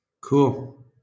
Cool